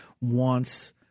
wants